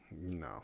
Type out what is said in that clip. No